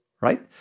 right